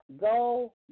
Go